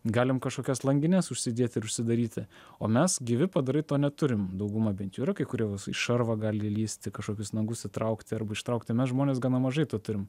galim kažkokias langines užsidėti ir užsidaryti o mes gyvi padarai to neturim dauguma bent jau yra kai kurios į šarvą gali lįsti kažkokius nagus įtraukti arba ištraukti mes žmonės gana mažai to turim